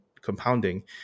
compounding